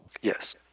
Yes